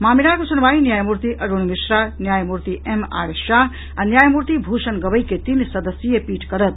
मामिलाक सुनवाई न्यायमूर्ति अरुण मिश्रा न्यायमूर्ति एम आर शाह आ न्यायमूर्ति भूषण गवई के तीन सदस्यीय पीठ करत